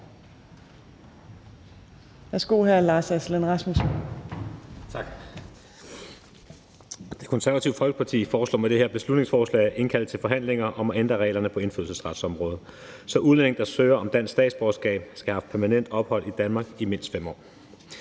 (Ordfører) Lars Aslan Rasmussen (S): Det Konservative Folkeparti foreslår med det her beslutningsforslag at indkalde til forhandlinger om at ændre reglerne på indfødsretsområdet, så udlændinge, der søger om dansk statsborgerskab, skal have haft permanent ophold i Danmark i mindst 5 år.